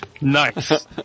nice